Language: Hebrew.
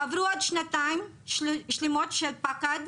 עברו עוד שנתיים שלמות של פחד,